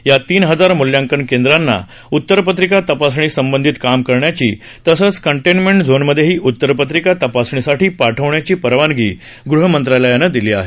या तीन हजार म्ल्यांकन केंद्रांना उतरपत्रिका तपासणी संबंधित काम करण्याची तसंच कंटेनमेंट झोनमधेही उत्तरपत्रिका तपासणीसाठी पाठविण्याची परवानगी गृहमंत्रालयानं दिली आहे